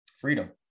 Freedom